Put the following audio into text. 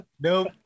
Nope